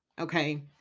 Okay